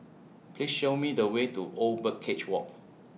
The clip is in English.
Please Show Me The Way to Old Birdcage Walk